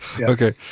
Okay